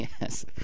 Yes